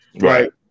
Right